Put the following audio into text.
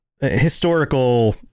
historical